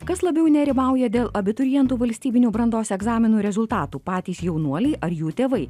kas labiau nerimauja dėl abiturientų valstybinių brandos egzaminų rezultatų patys jaunuoliai ar jų tėvai